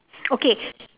okay